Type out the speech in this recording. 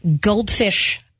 Goldfish